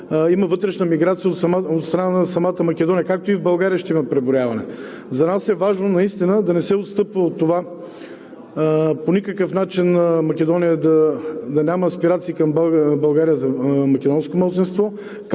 има вътрешна миграция от страна на самата Македония, както и в България ще има преброяване. За нас е важно наистина да не се отстъпва от това – по никакъв начин Македония да няма аспирации към България за македонско малцинство,